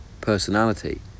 personality